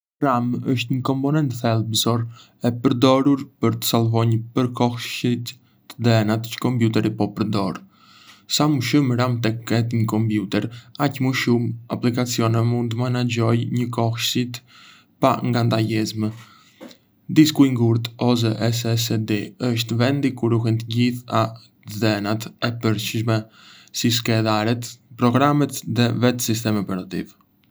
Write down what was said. RAM është një komponent thelbësor, e përdorur për të salvonj përkohësisht të dhënat që kompjuteri po përdor. Sa më shumë RAM të ketë një kompjuter, aq më shumë aplikacione mund të menaxhojë njëkohësisht pa ngadalësime. Disku i ngurtë ose SSD është vendi ku ruhen të gjitha të dhënat e përhershme, si skedarët, programet dhe vetë sistemi operativ.